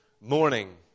morning